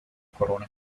corona